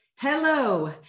hello